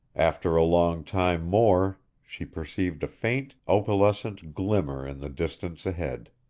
after a long time more she perceived a faint, opalescent glimmer in the distance ahead.